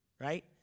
right